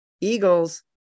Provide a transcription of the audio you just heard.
Eagles